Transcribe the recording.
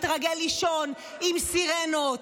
התרגל לישון עם סירנות,